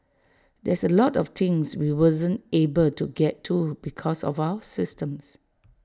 there's A lot of things we wasn't able to get to because of our system